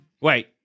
wait